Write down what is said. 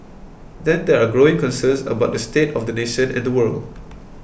then there are growing concerns about the state of the nation and the world